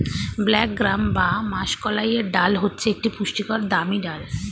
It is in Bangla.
ব্ল্যাক গ্রাম বা মাষকলাইয়ের ডাল হচ্ছে একটি পুষ্টিকর দামি ডাল